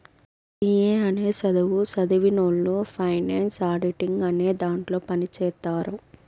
C A అనే సధువు సదివినవొళ్ళు ఫైనాన్స్ ఆడిటింగ్ అనే దాంట్లో పని చేత్తారు